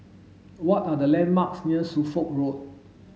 what are the landmarks near Suffolk Road